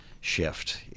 shift